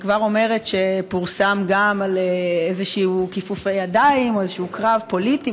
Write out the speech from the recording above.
אני כבר אומרת שפורסם גם על איזשהם כיפופי ידיים או איזשהו קרב פוליטי,